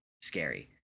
scary